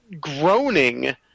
groaning